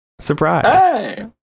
Surprise